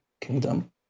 kingdom